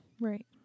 Right